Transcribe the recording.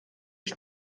ich